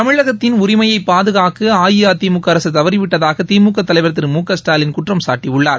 தமிழகத்தின் உரிமையை பாதுகாக்க அஇஅதிமுக அரசு தவறிவிட்டதாக திமுக தலைவர் திரு மு க ஸ்டாலின் குற்றம் சாட்டியுள்ளார்